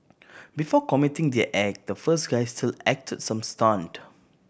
before committing their act the first guy still acted some stunt